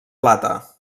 plata